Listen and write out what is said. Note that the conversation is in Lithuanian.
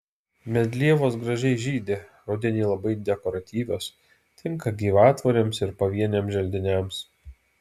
medlievos gražiai žydi rudenį labai dekoratyvios tinka gyvatvorėms ir pavieniams želdiniams